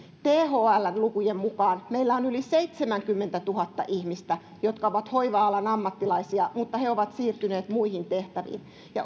thln lukujen mukaan meillä on yli seitsemänkymmentätuhatta ihmistä jotka ovat hoiva alan ammattilaisia mutta ovat siirtyneet muihin tehtäviin